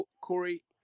Corey